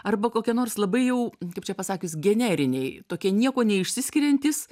arba kokie nors labai jau kaip čia pasakius generiniai tokie niekuo neišsiskiriantys